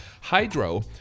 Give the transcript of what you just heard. Hydro